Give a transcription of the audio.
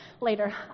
later